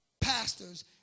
pastors